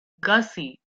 gussie